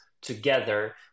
together